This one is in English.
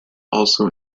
also